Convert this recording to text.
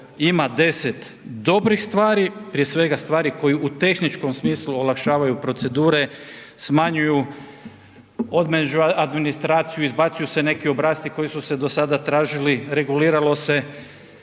ima 10 dobrih stvari, prije svega stvari koje u tehničkom smislu olakšavaju procedure, smanjuju od administraciju, izbacuju se neki obrasci koji su se do sada tražili, regulirao se